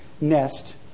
nest